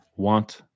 want